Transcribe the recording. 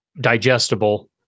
Digestible